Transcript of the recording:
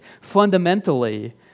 fundamentally